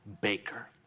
baker